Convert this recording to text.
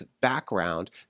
background